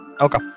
Okay